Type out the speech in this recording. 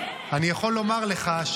אני יכול לומר לך,